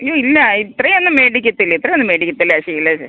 അയ്യോ ഇല്ല ഇത്രയൊന്നും മേടിക്കത്തില്ല ഇത്രയൊന്നും മേടിക്കത്തില്ല ചിലർ